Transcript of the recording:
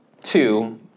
two